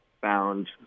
found